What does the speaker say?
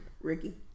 Ricky